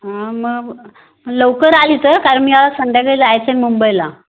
हा मग लवकर आले तर कारण मी आज संध्याकाळी जायचं आहे मुंबईला